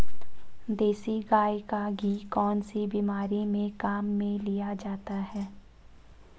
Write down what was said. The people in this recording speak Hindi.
देसी गाय का घी कौनसी बीमारी में काम में लिया जाता है?